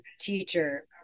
teacher